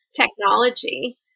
technology